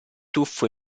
tuffo